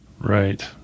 Right